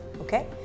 okay